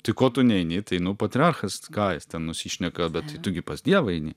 tai ko tu neini tai nu patriarchas ką jis ten nusišneka bet tai tu gi pas dievą eini